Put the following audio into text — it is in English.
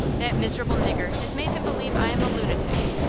that miserable nigger has made him believe i am a lunatic.